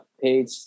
page